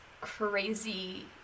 crazy